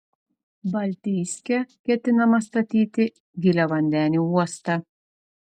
baltijske ketinama statyti giliavandenį uostą